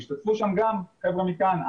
השתתפו שם גם חבר'ה מכאן,